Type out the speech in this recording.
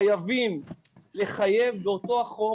חייבים לחייב באותו החוק